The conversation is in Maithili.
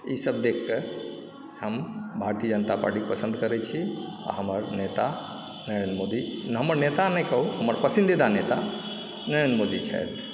ईसभ देखिक हम भारतीय जनता पार्टी पसन्द करैत छी आ हमर नेता नरेन्द्र मोदी हमर नेता नहि कहु हमर पसन्दीदा नेता नरेन्द्र मोदी छथि